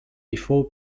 before